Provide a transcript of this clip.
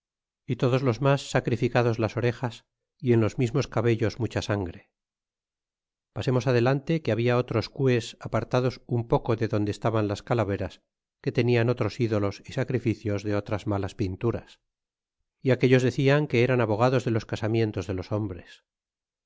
y todos los mas sacrificados las orejas é en los mismos cabellos mucha sangre pasemos adelante que habla otros cues apartados un poco de donde estaban las calaveras que tenian otros ídolos y sacrificios de otras malas pinturas e aquellos decian que eran abogados de los casamientos de los hombres